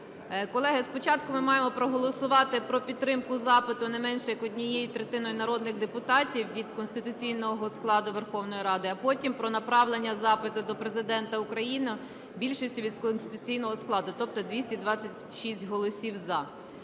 Колеги, спочатку ми маємо проголосувати про підтримку запиту не менше як однією третиною народних депутатів від конституційного складу Верховної Ради, а потім – про направлення запиту до Президента України більшістю від конституційного складу, тобто 226 голосів "за".